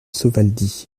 sovaldi